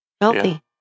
Healthy